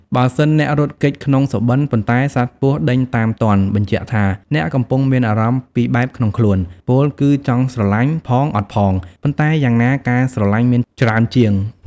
បើសិនអ្នករត់គេចក្នុងសុបិន ប៉ុន្តែសត្វពស់ដេញតាមទាន់ បញ្ជាក់ថា អ្នកកំពុងមានអារម្មណ៍ពីរបែបក្នុងខ្លួន ពោលគឺចង់ស្រលាញ់ ផងអត់ផង ប៉ុន្តែយ៉ាងណាការស្រឡាញ់មានច្រើនជាង។